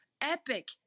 Epic